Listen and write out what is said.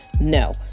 no